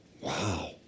Wow